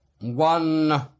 One